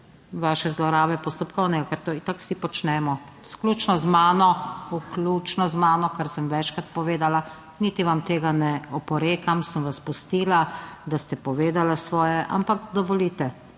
vaše zlorabe postopkovnega, ker to itak vsi počnemo, vključno z mano, vključno z mano, kar sem večkrat povedala, niti vam tega ne oporekam, sem vas pustila, da ste povedali svoje. Ampak dovolite.